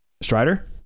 Strider